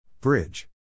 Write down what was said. Bridge